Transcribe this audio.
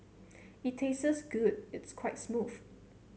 it tastes good it's quite smooth